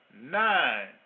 nine